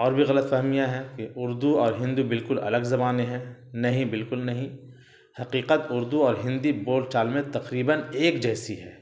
اور بھی غلط فہمیاں ہیں کہ اردو اور ہندی بالکل الگ زبانیں ہیں نہیں بالکل نہیں حقیقت اردو اور ہندی بول چال میں تقریباً ایک جیسی ہے